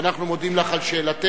ואנחנו מודים לך על שאלתך,